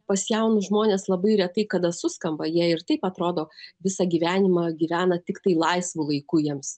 pas jaunus žmones labai retai kada suskamba jie ir taip atrodo visą gyvenimą gyvena tiktai laisvu laiku jiems